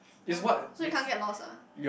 oh so you can't get lost ah